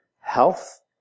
health